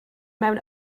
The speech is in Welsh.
mewn